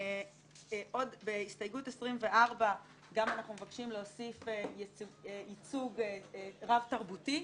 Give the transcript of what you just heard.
בהסתייגות 24 גם אנחנו מבקשים להוסיף ייצוג רב-תרבותי.